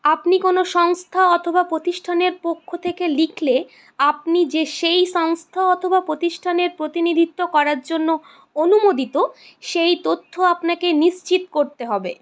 আপনি কোনো সংস্থা অথবা প্রতিষ্ঠানের পক্ষ থেকে লিখলে আপনি যে সেই সংস্থা অথবা প্রতিষ্ঠানের প্রতিনিধিত্ব করার জন্য অনুমোদিত সেই তথ্য আপনাকে নিশ্চিত করতে হবে